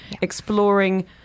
exploring